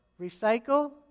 Recycle